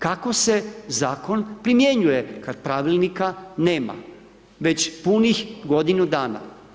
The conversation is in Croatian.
Kako se zakon primjenjuje kad pravilnika nema već punih godinu dana?